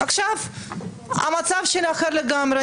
עכשיו המצב שלי אחר לגמרי,